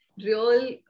Real